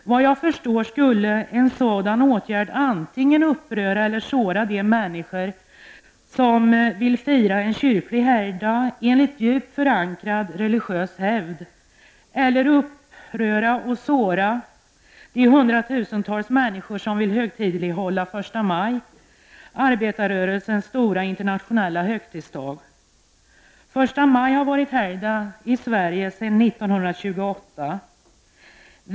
Såvitt jag förstår skulle en sådan åtgärd antingen uppröra eller såra de människor som vill fira en kyrklig helgdag enligt djupt förankrad religiös helgd eller också uppröra och såra de hundratusentals människor som vill högtidlighålla första maj -- arbetarrörelsens stora internationella högtidsdag. Första maj har ju varit helgdag i Sverige sedan 1928.